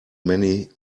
many